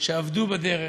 שאבדו בדרך,